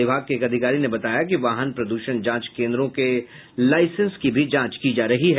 विभाग के एक अधिकारी ने बताया कि वाहन प्रदूषण जांच केंद्रों के लाईसेंस की भी जांच की जा रही है